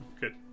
good